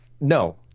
No